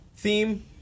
Theme